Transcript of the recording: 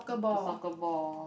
the soccer ball